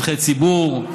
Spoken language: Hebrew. שטחי ציבור,